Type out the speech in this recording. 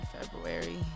February